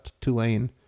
Tulane